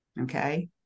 Okay